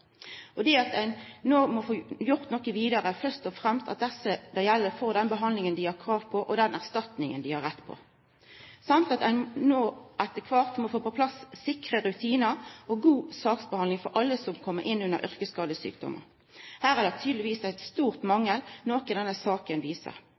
No må ein få gjort noko vidare – først og fremst må desse det gjeld få den behandlinga dei har krav på og den erstatninga dei har rett til. Ein må også etter kvart få på plass sikre rutinar og god saksbehandling for alle som kjem inn under kategorien yrkesskadesjukdommar. Her er det tydelegvis